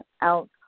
out